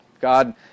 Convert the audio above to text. God